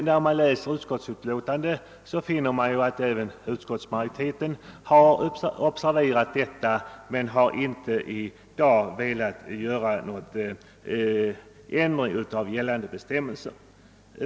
När man läser utlåtandet finner man att även utiskottsmajoriteten observerat detta förhållande men att den i dag inte velat tillstyrka någon ändring eller utredning av gällande bestämmelser.